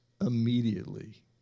immediately